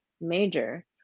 major